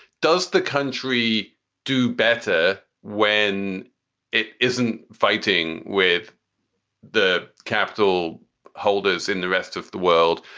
does the country do better when it isn't fighting with the capital holders in the rest of the world?